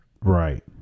right